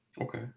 Okay